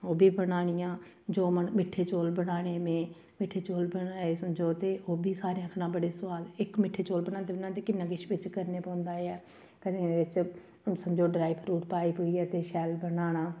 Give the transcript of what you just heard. ओह् बी बनानियां जो मन मिट्ठे चौल बनाने में मिट्ठे चौल बनाए समझो ते ओह् बी सारें आखना बड़े सुआद इक मिट्ठे चौल बनांदे बनांदे किन्ना किश बिच्च करने पौंदा ऐ कदें एह्दे च हून समझो ड्राई फ्रूट पाई पूइयै ते शैल बनाना